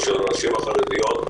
ושל הנשים החרדיות בפרט,